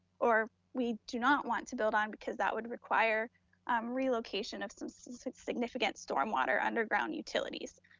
or we do not want to build on, because that would require um relocation of some significant stormwater underground utilities.